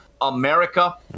America